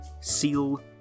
Seal